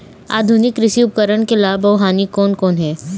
आधुनिक कृषि उपकरण के लाभ अऊ हानि कोन कोन हे?